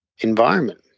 environment